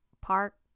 park